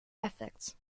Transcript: effects